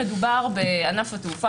מדובר בענף התעופה,